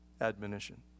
admonition